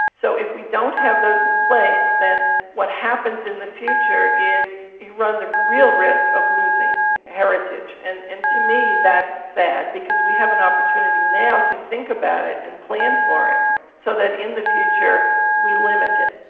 so if we don't have those in place then what happens in the future is you run the real risk of losing heritage. and and to me that's sad because we have an opportunity now to think about it and plan for it so that in the future we limit it.